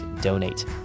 Donate